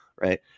right